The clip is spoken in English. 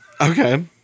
okay